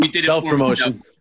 Self-promotion